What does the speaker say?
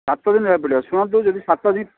ସାତ ଦିନ ରହିବାକୁ ପଡ଼ିବ ଶୁଣନ୍ତୁ ଯଦି ସାତ ଦିନ